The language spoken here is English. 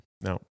No